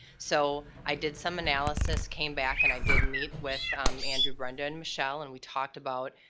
so i did some analysis, came back, and i did meet with um andrew, brenda, and michelle, and we talked about